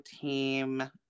team